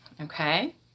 Okay